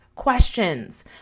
questions